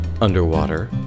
Underwater